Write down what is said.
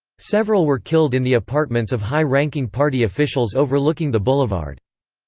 several were killed in the apartments of high-ranking party officials overlooking the boulevard.